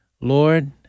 Lord